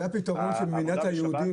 זה הפתרון במדינת היהודים?